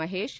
Mahesh